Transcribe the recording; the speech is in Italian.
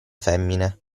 femmine